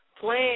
plan